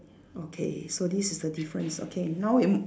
okay so this is the difference okay now we m~